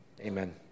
Amen